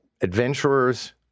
adventurers